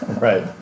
Right